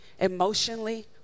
emotionally